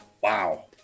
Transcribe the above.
Wow